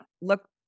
look